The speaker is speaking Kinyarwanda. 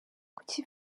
kuki